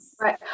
Right